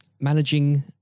managing